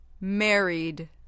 married